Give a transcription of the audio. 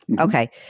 Okay